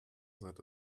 that